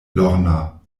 lorna